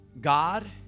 God